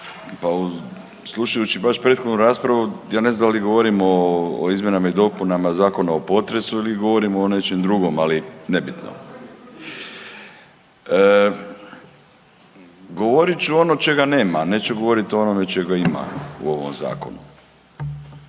Pa slušajući baš prethodnu raspravu ja ne znam da li govorimo o izmjenama i dopunama zakona o potresu ili govorimo o nečem drugom, ali nebitno. Govorit ću ono čega nema, neću govoriti o onome čega ima u ovom zakonu.